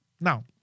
Now